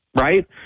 right